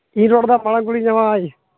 ᱤᱧ ᱨᱚᱲ ᱮᱫᱟ ᱜᱚᱲᱚᱢ ᱠᱩᱲᱤ ᱡᱟᱶᱟᱭ